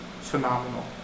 phenomenal